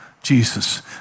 Jesus